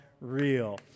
Real